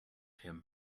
him